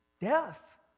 death